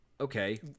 Okay